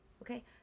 Okay